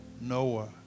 Noah